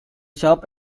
shop